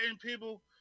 people